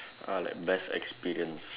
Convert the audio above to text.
uh like best experience